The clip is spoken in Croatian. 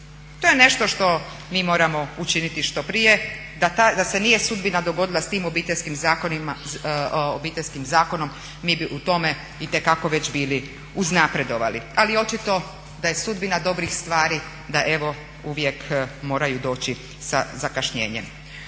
To je nešto što mi moramo učiniti što prije da se nije sudbina dogodila s tim Obiteljskim zakonom mi bi u tome itekako već bili uznapredovali. Ali očito da je sudbina dobrih stvari da evo uvijek moraju doći sa zakašnjenjem.